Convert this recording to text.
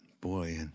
Boy